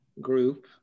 group